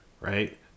right